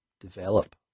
develop